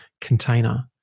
container